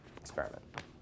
experiment